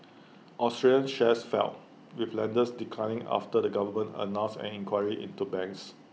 Australian shares fell with lenders declining after the government announced an inquiry into banks